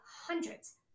hundreds